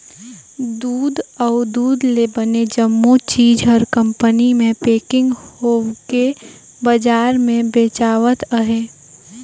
दूद अउ दूद ले बने जम्मो चीज हर कंपनी मे पेकिग होवके बजार मे बेचावत अहे